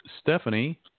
Stephanie